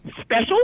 special